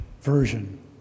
version